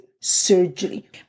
surgery